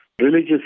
religious